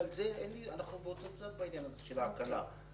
אנחנו באותו צד בעניין הזה של הקלה.